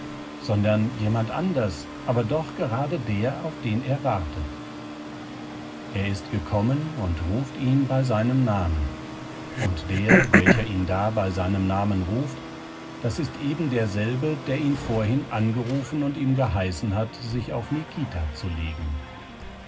sondern jemand anders aber doch gerade der auf den er wartet er ist gekommen und ruft ihn bei seinem namen und der welcher ihn da bei seinem namen ruft das ist ebenderselbe der ihn vorhin angerufen und ihm geheißen hat sich auf nikita zu legen